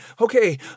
okay